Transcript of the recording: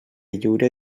lliure